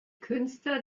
künstler